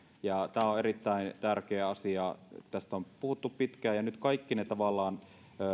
tämä on on erittäin tärkeä asia tästä on puhuttu pitkään nyt tavallaan kaikki ne